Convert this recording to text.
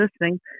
listening